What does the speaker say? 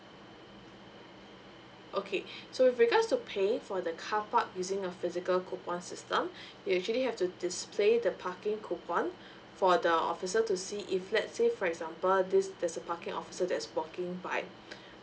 okay so with regards to paying for the carpark using a physical coupon system you actually have to display the parking coupon for the officer to see if let's say for example this there's a parking officer that is walking by